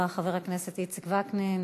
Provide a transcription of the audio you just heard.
תודה רבה, חבר הכנסת יצחק וקנין.